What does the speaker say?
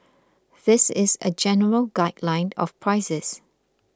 this is a general guideline of prices